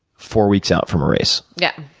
four weeks out from a race. yeah.